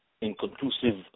inconclusive